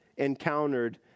encountered